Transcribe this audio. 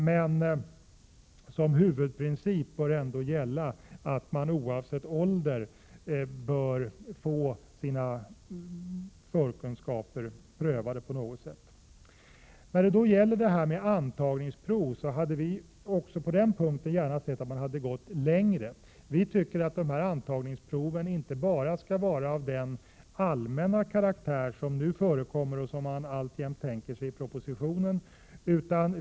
Men som huvudprincip bör gälla att man oavsett ålder får sina förkunskaper bedömda av högskolan. Vi hade gärna sett att man gått längre när det gäller antagningsprov. Antagningsproven skall inte bara vara av allmän karaktär, som de som i dag förekommer och som man har tänkt sig i propositionen.